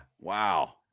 Wow